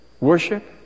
worship